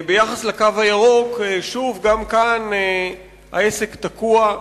ביחס לקו הירוק, שוב, גם כאן העסק תקוע.